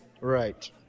Right